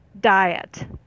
diet